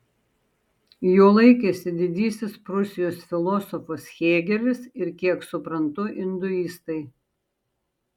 jo laikėsi didysis prūsijos filosofas hėgelis ir kiek suprantu induistai